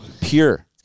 Pure